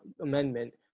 Amendment